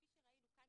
כפי שראינו כאן,